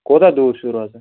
کوٗتاہ دور چھُو روزان